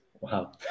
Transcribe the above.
Wow